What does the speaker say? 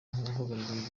uhagarariye